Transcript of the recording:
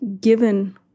given